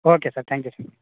okay sir thank you sir